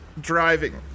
driving